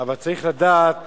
אבל צריך לדעת